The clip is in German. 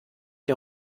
der